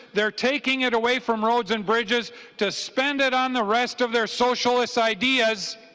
they are taking it away from roads and bridges to spend it on the rest of their socialist ideas.